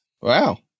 Wow